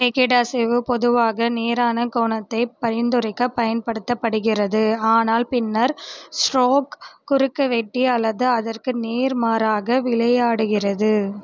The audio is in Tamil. ரேக்கெட் அசைவு பொதுவாக நேரான கோணத்தை பரிந்துரைக்கப் பயன்படுத்தப்படுகிறது ஆனால் பின்னர் ஸ்ட்ரோக் குறுக்குவெட்டி அல்லது அதற்கு நேர்மாறாக விளையாடுகிறது